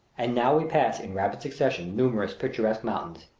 and now we pass in rapid succession numerous picturesque mountains,